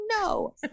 No